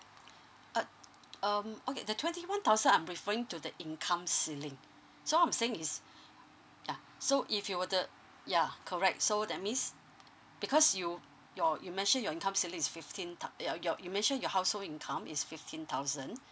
uh um okay the twenty one thousand so I'm referring to the income ceiling so I'm saying is ya so if you were the ya correct so that means because you your you mentioned your income ceiling is fifteen thou~ your your you mentioned your household income is fifteen thousand